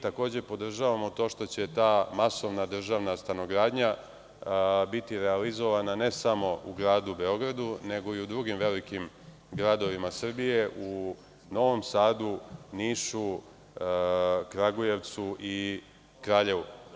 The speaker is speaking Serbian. Takođe, podržavamo to što će ta masovna državna stanogradnja biti realizovana, ne samo u gradu Beogradu, nego i u drugim velikim gradovima Srbije, u Novom Sadu, Nišu, Kragujevcu i Kraljevu.